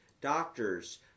doctors